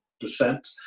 percent